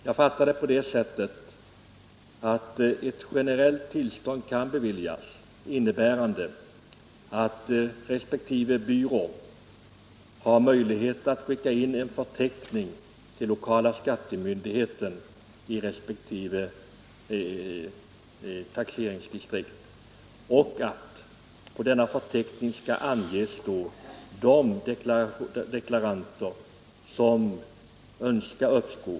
Jag fattar det så att ett generellt anstånd kan beviljas genom att en byrå kan skicka in en förteckning till den lokala skattemyndigheten i taxeringsdistriktet och på denna förteckning ange de deklaranter som önskar uppskov.